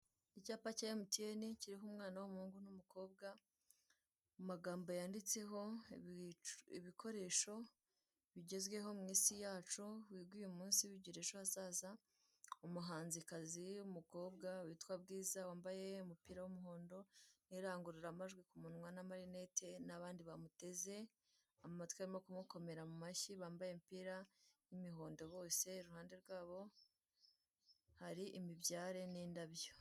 Icyapa cya MTN, kiriho umwana w'umuhungu n'umukobwa mu magambo yanditseho ibikoresho bigezweho mu isi yacu, wiga uyu munsi bigira ejo hazaza, umuhanzikazi w'umukobwa witwa Bwiza wambaye umupira w'umuhondo n'irangururamajwi ku munwa, n'amarinete n'abandi bamuteze amatwi bari ku mukomera amashyi, bambaye imipira y'imihondo, bose iruhande rwabo hari imibyare n'indabyo.